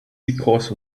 because